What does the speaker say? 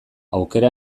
aukera